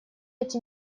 эти